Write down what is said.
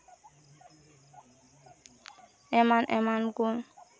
ᱮᱢᱟᱱ ᱮᱢᱟᱱ ᱠᱚ